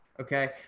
Okay